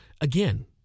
again